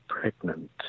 pregnant